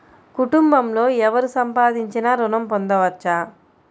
కుటుంబంలో ఎవరు సంపాదించినా ఋణం పొందవచ్చా?